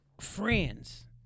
friends